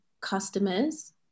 customers